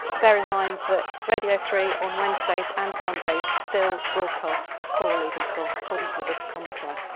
bear in mind that radio three on wednesdays and sundays still broadcasts chorale evensong, according to the book of common prayer.